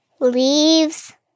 leaves